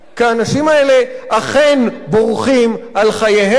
כי האנשים האלה אכן בורחים על חייהם.